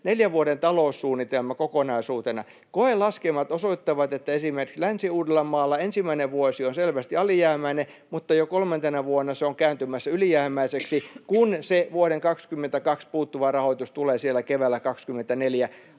neljän vuoden taloussuunnitelma kokonaisuutena. Koelaskelmat osoittavat, että esimerkiksi Länsi-Uudellamaalla ensimmäinen vuosi on selvästi alijäämäinen, mutta jo kolmantena vuonna se on kääntymässä ylijäämäiseksi, kun se vuoden 22 puuttuva rahoitus tulee siellä keväällä 24.